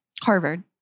Harvard